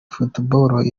football